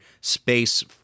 space